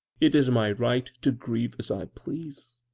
it is my right to grieve as i please.